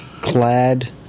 clad